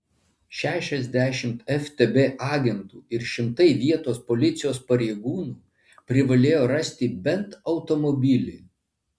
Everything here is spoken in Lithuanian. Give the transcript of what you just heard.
šešiasdešimt ftb agentų ir šimtai vietos policijos pareigūnų privalėjo rasti bent automobilį